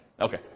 Okay